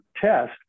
test